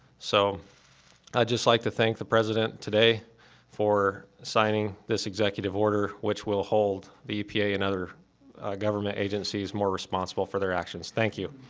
so i'd just like to thank the president today for signing this executive order, which will hold the epa and other government agencies more responsible for their actions. thank you.